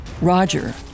Roger